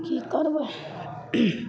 कि करबै